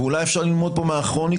ואולי אפשר ללמוד פה מהכרוניקה,